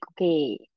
okay